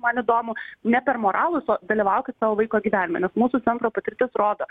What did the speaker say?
man įdomu ne per moralus o dalyvaukit savo vaiko gyvenime nes mūsų centro patirtis rodo